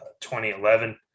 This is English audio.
2011